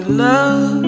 love